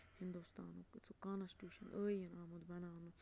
ہِندُستانُک سُہ کانسٹیوٗشَن ٲییٖن آمُت